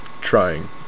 trying